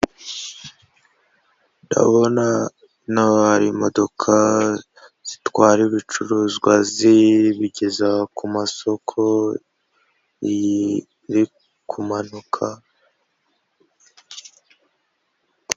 Ndabona hano hari imodoka zitwara ibicuruzwa zibigeza ku masoko, iyi iri kumanuka...